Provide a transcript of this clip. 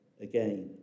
again